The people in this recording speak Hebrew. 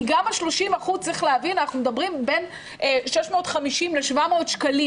כי גם ה-30% זה בין 650 ל-700 שקלים.